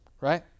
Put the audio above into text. right